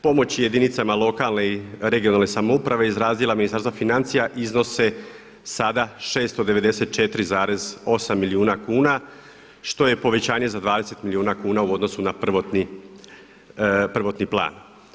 Pomoći jedinicama lokalne i regionalne samouprave iz razdjela Ministarstva financija iznose sada 694,8 milijuna kuna što je povećanje za 20 milijuna kuna u odnosu na prvotni plan.